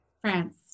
France